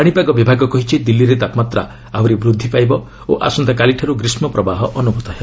ପାଣିପାଗ ବିଭାଗ କହିଛି ଦିଲ୍ଲୀରେ ତାପମାତ୍ରା ଆହୁରି ବୃଦ୍ଧି ପାଇବ ଓ ଆସନ୍ତାକାଲିଠାରୁ ଗ୍ରୀଷ୍ମ ପ୍ରବାହ ଅନୁଭୂତ ହେବ